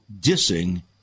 dissing